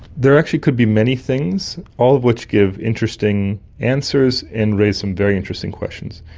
there actually could be many things, all of which give interesting answers and raise some very interesting questions.